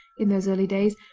in those early days,